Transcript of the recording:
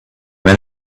men